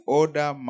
order